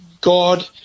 God